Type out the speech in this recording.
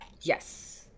yes